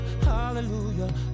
hallelujah